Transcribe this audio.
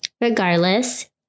Regardless